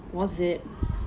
was it